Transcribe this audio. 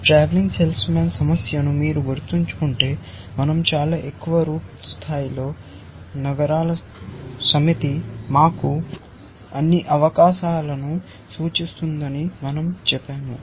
travelling salesman సమస్యను మీరు గుర్తుంచుకుంటే మనం చాలా ఎక్కువ రూట్ స్థాయిలో నగరాల సమితి మాకు అన్ని అవకాశాలను సూచిస్తుందని మనం చెప్పాము